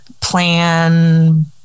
plan